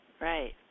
right